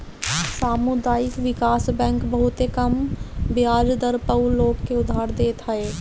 सामुदायिक विकास बैंक बहुते कम बियाज दर पअ लोग के उधार देत हअ